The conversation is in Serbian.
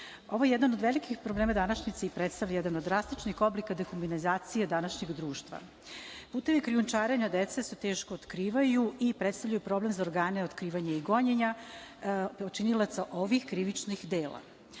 je jedan od velikih problema današnjice i predstavlja jedan od drastičnih oblika dehumanizacije današnjeg društva. Putevi krijumčarenja dece se teško otkrivaju i predstavljaju problem za organe otkrivanja i gonjenja počinilaca ovih krivičnih dela. Da